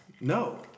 No